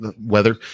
weather